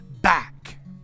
back